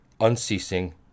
unceasing